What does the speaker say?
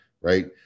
right